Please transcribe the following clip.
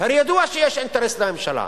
הרי ידוע שיש אינטרס לממשלה,